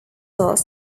was